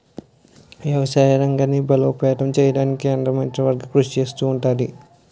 వ్యవసాయ రంగాన్ని బలోపేతం చేయడానికి కేంద్ర మంత్రివర్గం కృషి చేస్తా ఉంటది